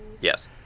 yes